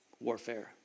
warfare